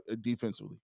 defensively